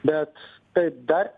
bet taip dar